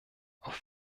auf